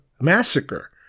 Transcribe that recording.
massacre